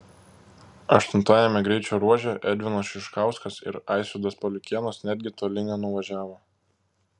aštuntajame greičio ruože edvinas juškauskas ir aisvydas paliukėnas netgi toli nenuvažiavo